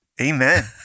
Amen